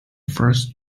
first